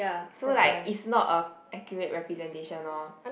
so like it's not a accurate representation orh